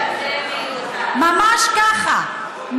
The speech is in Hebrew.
ממש ככה.